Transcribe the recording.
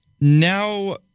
now